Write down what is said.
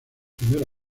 primera